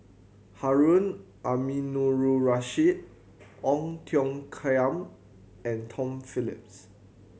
Harun Aminurrashid Ong Tiong Khiam and Tom Phillips